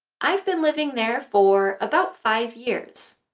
i've been living there for about five years,